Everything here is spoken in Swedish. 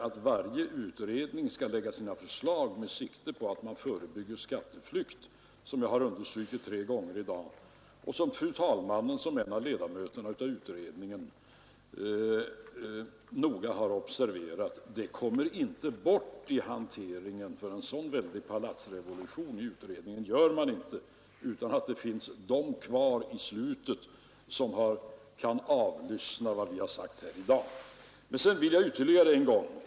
Att varje utredning skall lägga fram förslag med sikte på att förebygga skatteflykt, såsom jag understrukit tre gånger i dag och som fru talmannen som en av ledamöterna noga har observerat, kommer inte bort i hanteringen. Någon så stor palatsrevolution kommer inte att ske i utredningen att det inte i slutet finns kvar ledamöter som vet vad vi sagt i dag.